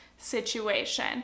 situation